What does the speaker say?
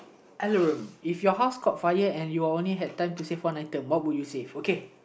if your house caught fire and you only have time to save one item what would you save okay